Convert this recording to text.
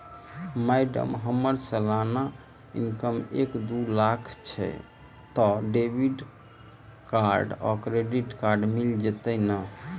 Madam हम्मर सलाना income एक दु लाख लगभग छैय तऽ डेबिट कार्ड आ क्रेडिट कार्ड मिल जतैई नै?